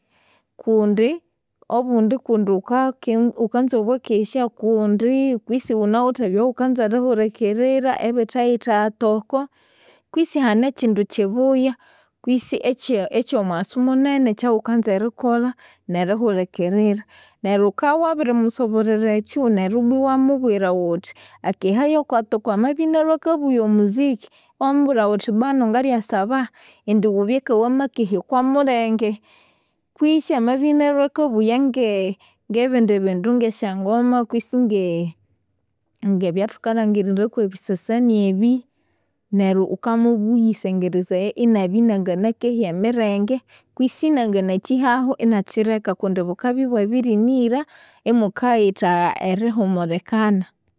Kundi obundi kundi ghukake ghukanza bwakesya, kundi kwisi ghunawithe ebyaghukanza erihulikirira ebithayithagha toko, kwisi hane ekyindu kyibuya kwisi ekyomughasu munene ekyaghukanza erikolha nerihulikirira. Neryo ghukabya wabirimusoborera ekyu neribwa iwamubwira ghuthi akehaye okwatoko, amabya inalhwe akabuya omuziki, iwamubwira ghuthi bwanu ngalyasaba indi ghubye ngawakehya okwamulenge, kwisi amabya inalhwe akabuya nge- ngesyangoma kwisi ngebindi bindu nge- ngebyathukalhangiriraku ebisasani ebi, neryo ghukamuyisengerezaya inabya inanginakehya emirenge, kwisi inanginakyihahu inakyireka kundi bukabya ibwabirinira imukayithagha erihumulikana.